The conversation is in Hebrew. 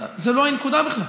זו לא הנקודה בכלל,